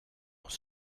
muss